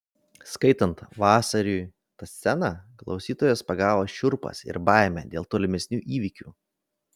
skaitant vasariui tą sceną klausytojus pagavo šiurpas ir baimė dėl tolimesnių įvykių